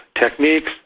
techniques